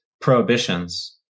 prohibitions